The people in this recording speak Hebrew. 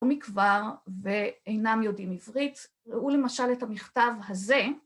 מכבר ואינם יודעים עברית. ראו למשל את המכתב הזה